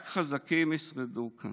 רק חזקים ישרדו כאן.